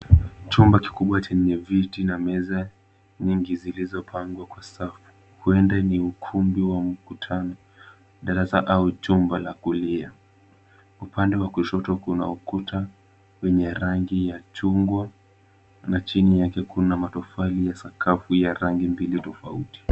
Chumba cha kubwete ni viti na meza, nyingi zilizopangwa kwa safu. Huenda ni ukumbi wa mkutano, darasa au chumba la kulia. Upande wa kushoto kuna ukuta, wenye rangi ya chungwa, na chini yake kuna matofali ya sakafu ya rangi mbili tofauti.